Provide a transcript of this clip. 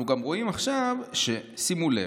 אנחנו גם רואים עכשיו, שימו לב,